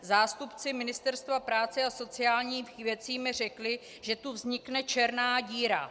Zástupci Ministerstva práce a sociálních věcí mi řekli, že tu vznikne černá díra.